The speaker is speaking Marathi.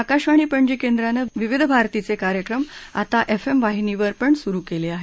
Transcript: आकाशवाणी पणजी केंद्रानं विविध भारतीचे कार्यक्रम आता एफ एम वाहिनीवर सुरु केले आहेत